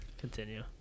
continue